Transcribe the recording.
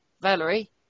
Valerie